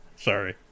Sorry